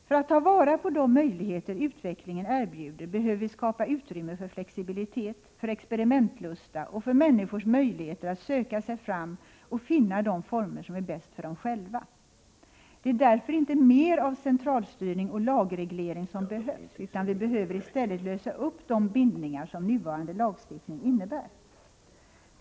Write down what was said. För att ta vara på de möjligheter utvecklingen erbjuder behöver vi skapa utrymme för flexibilitet, för experimentlusta och för människors möjligheter att söka sig fram och finna de former som är bäst för dem själva. Det är därför inte mer av centralstyrning och lagreglering som behövs, utan vi behöver i stället lösa upp de bindningar som nuvarande lagstiftning innebär.